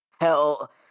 Hell